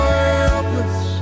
helpless